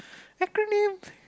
acronym